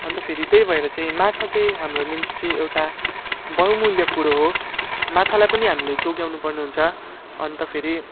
अन्त फेरि त्यही भएर चाहिँ माछा चाहिँ हाम्रो निम्ति चाहिँ एउटा बहुमूल्य कुरो हो माछालाई पनि हामीले जोगाउनुपर्ने हुन्छ अन्त फेरि